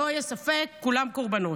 שלא יהיה ספק, כולם קורבנות.